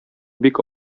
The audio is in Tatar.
бик